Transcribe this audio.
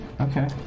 okay